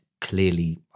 clearly